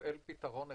לתפעל פתרון אחד.